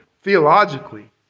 theologically